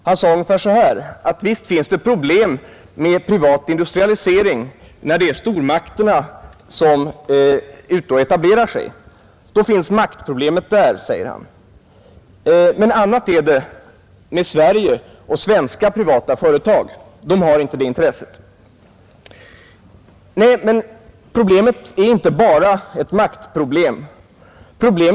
Han sade ungefär så här: Visst finns det problem med privat industrialisering när stormakterna etablerar sig. Då finns maktproblemet där. Men annat är det med Sverige och svenska privata företag; de har inte det intresset. Nej, men problemet är inte bara just detta maktproblem.